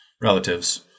relatives